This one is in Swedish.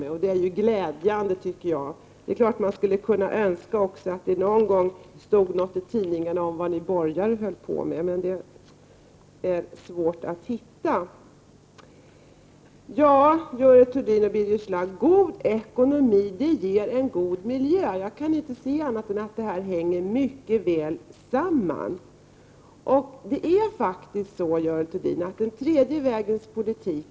Det är glädjande. Man skulle naturligtvis kunna önska att det någon gång stod någonting i tidningarna om vad de borgerliga gör, men sådant är det svårt att hitta. God ekonomi, Görel Thurdin och Birger Schlaug, ger en god miljö. Jag kan inte se annat än att de hänger samman. Visst finns det mycket som skulle kunna vara bättre, Görel Thurdin.